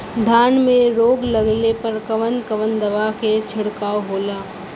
धान में रोग लगले पर कवन कवन दवा के छिड़काव होला?